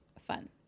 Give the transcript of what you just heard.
fun